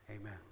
Amen